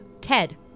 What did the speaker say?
Ted